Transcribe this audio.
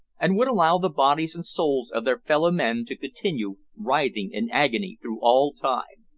and would allow the bodies and souls of their fellow-men to continue writhing in agony through all time.